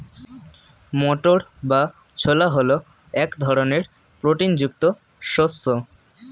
মটর বা ছোলা হল এক ধরনের প্রোটিন যুক্ত শস্য